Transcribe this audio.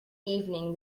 evening